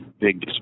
big